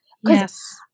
Yes